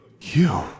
You